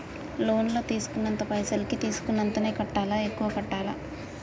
Loan లా తీస్కున్న పైసల్ కి తీస్కున్నంతనే కట్టాలా? ఎక్కువ కట్టాలా?